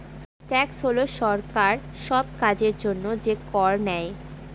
tax মানে হল সরকার সব কাজের জন্য যে কর নেয়